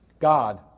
God